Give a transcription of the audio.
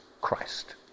Christ